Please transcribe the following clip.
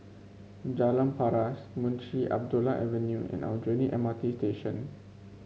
Jalan Paras Munshi Abdullah Avenue and Aljunied M R T Station